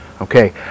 Okay